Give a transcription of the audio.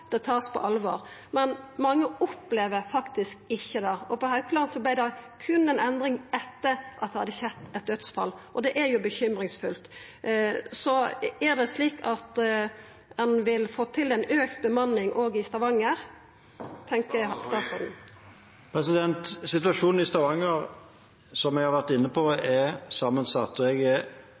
det takast på alvor, men mange opplever faktisk ikkje det, og på Haukeland vart det endring først etter at det hadde skjedd eit dødsfall. Det er bekymringsfullt. Er det slik at ein vil få til ei auka bemanning òg i Stavanger? Situasjonen i Stavanger, som jeg har vært inne på, er sammensatt, og jeg er